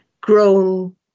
grown